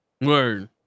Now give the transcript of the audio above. Word